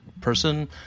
person –